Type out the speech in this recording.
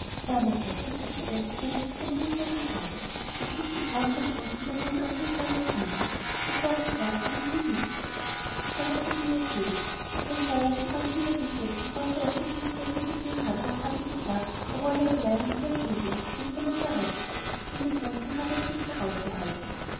da mutter das ist noch das einzige was ich vom marie seppli habe es liegt begraben dort unten mit seinen anderen kleinen kindern der war sein erstes und sein liebstes so hat sie's mir erzählt dann sei er auf die bank niedergesessen wo er zuerst das marie seppli gesehen hatte und habe gesagt da wolle er bleiben mit seinem büblein wenn's der mutter recht sei denn dort unten habe er's nicht mehr ausgehalten